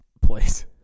place